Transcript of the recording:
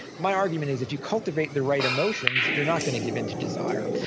my argument is if you cultivate the right emotions, you're not going to give into desire.